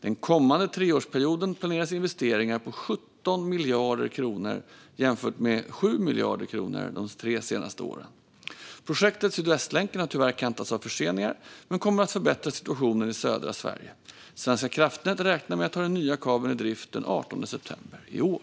Den kommande treårsperioden planeras investeringar på 17 miljarder kronor, jämfört med 7 miljarder kronor de tre senaste åren. Projektet Sydvästlänken har tyvärr kantats av förseningar men kommer att förbättra situationen i södra Sverige. Svenska kraftnät räknar med att ta den nya kabeln i drift den 18 december i år.